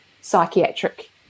psychiatric